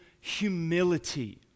humility